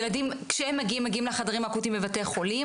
כשהילדים מגיעים לחדרים האקוטיים בבתי חולים